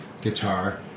guitar